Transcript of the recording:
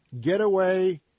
getaway